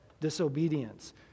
disobedience